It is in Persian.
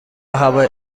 هوای